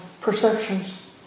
perceptions